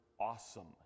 awesome